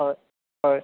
হয় হয়